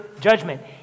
judgment